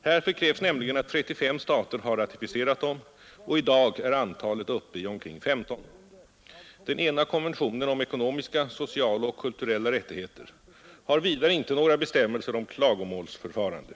Härför krävs nämligen att 35 stater har ratificerat dem och i dag är antalet uppe i omkring 15. Den ena konventionen om ekonomiska, sociala och kulturella rättigheter har vidare ej några bestämmelser om klagomålsförfarande.